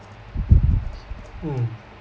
mm